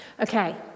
Okay